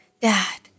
Dad